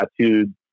tattooed